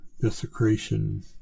desecration